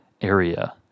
area